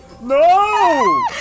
No